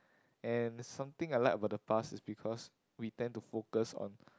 and something I like about the past is because we tend to focus on